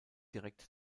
direkt